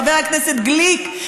חבר הכנסת גליק?